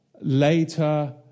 later